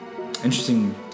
interesting